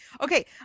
Okay